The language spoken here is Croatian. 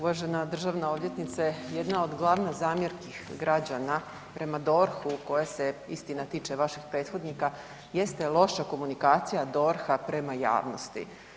Uvažena državna odvjetnice, jedna od glavnih zamjerki građana prema DORH-u koje se istina tiče vaših prethodnika, jeste loša komunikacija DORH-a prema javnosti.